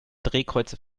drehkreuze